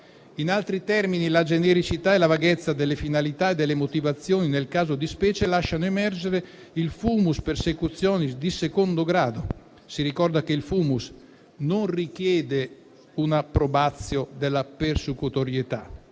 In altri termini, la genericità e la vaghezza delle finalità e delle motivazioni, nel caso di specie, lasciano emergere il *fumus persecutionis* di secondo grado. Si ricorda che il *fumus* non richiede una *probatio* della persecutorietà,